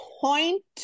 point